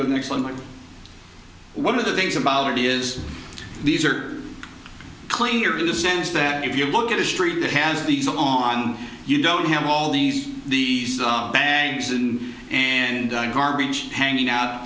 go next on one of the things about it is these are cleaner in the sense that if you look at a street that has these on you don't have all these the bags and and garbage hanging out